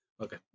okay